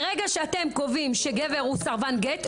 ברגע שאתם קובעים שגבר הוא סרבן גט,